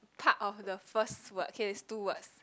cut of the first word K it's two words